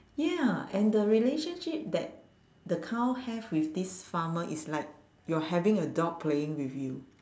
ya and the relationship that the cow have with this farmer is like you're having a dog playing with you